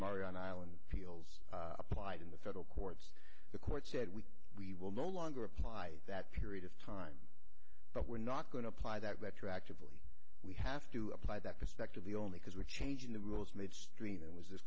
own island peals applied in the federal courts the court said we we will no longer apply that period of time but we're not going to apply that retroactively we have to apply that perspective the only because we're changing the rules midstream that was this